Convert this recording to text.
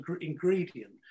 ingredient